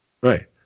Right